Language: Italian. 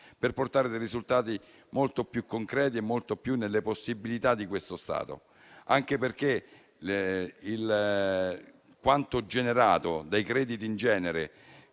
per portare risultati molto più concreti e nelle possibilità di questo Stato. E dico ciò anche perché quanto generato dai crediti in genere